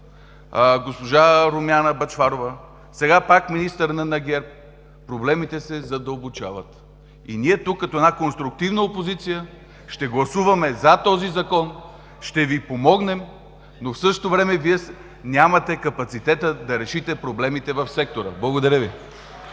госпожа Румяна Бъчварова, сега пак министър на ГЕРБ. Проблемите се задълбочават! Ние тук, като една конструктивна опозиция, ще гласуваме „за“ този Закон, ще Ви помогнем, но в същото време Вие нямате капацитета да решите проблемите в сектора. Благодаря Ви.